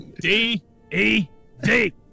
D-E-D